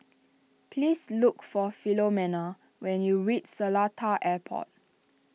please look for Filomena when you reach Seletar Airport